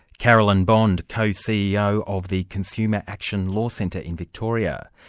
carolyn bond, co-ceo of the consumer action law centre in victoria